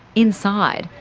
inside,